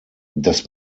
das